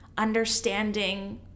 understanding